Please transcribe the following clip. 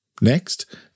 Next